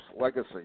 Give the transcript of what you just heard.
legacy